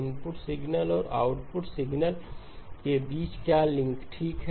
input signal और output signal के बीच क्या लिंक ठीक है